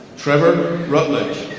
trevor rutledge.